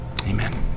Amen